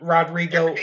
Rodrigo